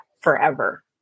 forever